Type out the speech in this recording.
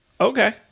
Okay